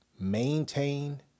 maintain